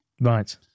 right